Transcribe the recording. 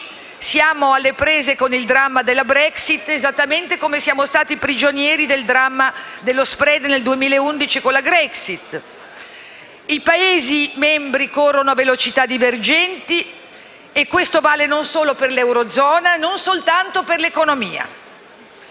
siamo alle prese con il dramma della Brexit, esattamente come siamo stati prigionieri del dramma dello *spread* nel 2011 con la Grexit. I Paesi membri corrono a velocità divergenti, e questo vale non solo per l'eurozona, non soltanto per l'economia.